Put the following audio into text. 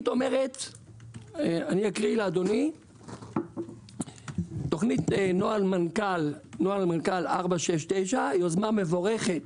אני אקריא: תוכנית נוהל מנכ"ל 469 - יוזמה מבורכת